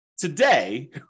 Today